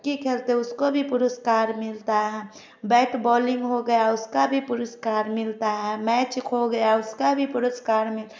hockey खेलते है उसको भी पुरस्कार मिलता है बैट बोलिंग हो गया उसका भी पुरस्कार मिलता है मैच हो गया उसका भी पुरस्कार मिलता है